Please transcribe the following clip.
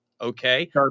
okay